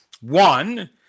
One